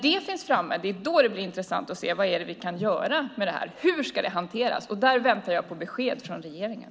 Det är när vi vet det som det blir intressant att se vad vi kan göra och hur det ska hanteras. Jag väntar på besked från regeringen.